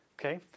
Okay